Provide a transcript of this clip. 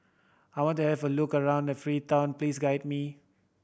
I want to have a look around Freetown please guide me